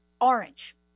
orange